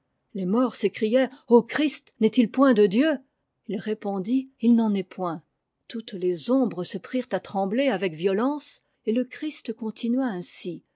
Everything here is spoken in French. les morts s'écrièrent christ n'est-il point de dieu t répondit h n'en est point toutes les ombres se prirent à trembler avec violence et le christ continua ainsi